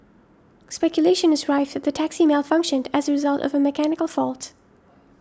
speculation is rife that the taxi malfunctioned as a result of a mechanical fault